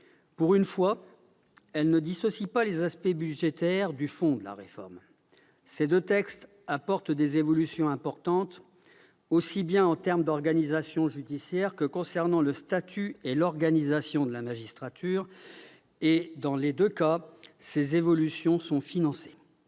pour une fois, elle ne dissocie pas les aspects budgétaires du fond de la réforme. Les deux textes apportent des évolutions importantes, aussi bien en matière d'organisation judiciaire que sur le statut et l'organisation de la magistrature. Dans les deux cas, les évolutions proposées sont financées.